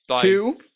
Two